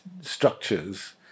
structures